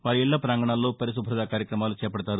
వారి ఇళ్ళ పాంగణాల్లో పరిశుభ్రతా కార్యక్రమాలు చేపడతారు